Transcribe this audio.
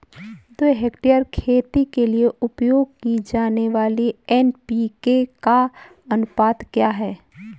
दो हेक्टेयर खेती के लिए उपयोग की जाने वाली एन.पी.के का अनुपात क्या है?